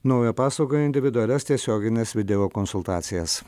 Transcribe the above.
naują paslaugą individualias tiesiogines video konsultacijas